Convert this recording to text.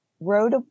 wrote